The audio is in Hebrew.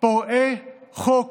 פורעי חוק